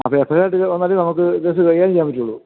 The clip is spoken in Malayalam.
അപ്പോൾ എഫ് ഐ ആർ ഇട്ടിട്ട് വന്നാലേ നമുക്ക് കേസ് കൈകാര്യം ചെയ്യാൻ പറ്റുള്ളൂ